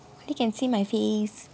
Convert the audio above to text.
only can see my face